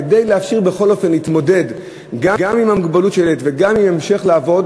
כדי לאפשר בכל אופן גם להתמודד עם המוגבלות של הילד וגם להמשיך לעבוד,